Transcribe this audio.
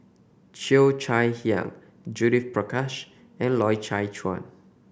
Cheo Chai Hiang Judith Prakash and Loy Chye Chuan